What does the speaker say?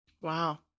Wow